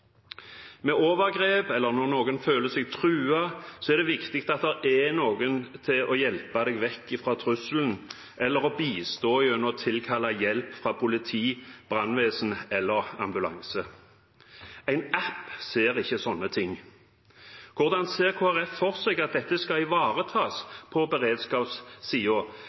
overgrep, eller når noen føler seg truet, er det viktig at det er noen til å hjelpe en vekk fra trusselen eller til å bistå ved å tilkalle hjelp fra politi, brannvesen eller ambulanse. En app ser ikke slikt. Hvordan ser Kristelig Folkeparti for seg at dette skal ivaretas på